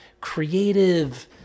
creative